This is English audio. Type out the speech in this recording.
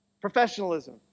professionalism